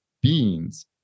beings